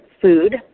food